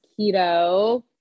keto